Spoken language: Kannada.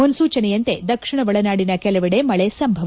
ಮುನ್ನೂಚನೆಯಂತೆ ದಕ್ಷಿಣ ಒಳನಾಡಿನ ಕೆಲವೆಡೆ ಮಳೆ ಸಂಭವ